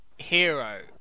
Hero